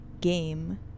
game